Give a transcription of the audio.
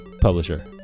publisher